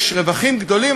יש רווחים גדולים,